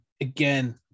again